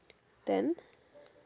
then